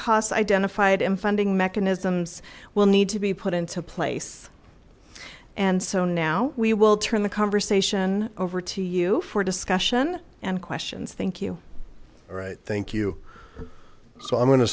costs identified and funding mechanisms will need to be put into place and so now we will turn the conversation over to you for discussion and questions thank you all right thank you so i'm going to